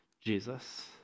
Jesus